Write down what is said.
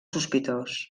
sospitós